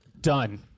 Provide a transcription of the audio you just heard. done